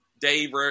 Dave